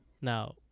Now